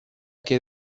que